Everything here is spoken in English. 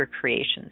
creations